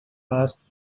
asked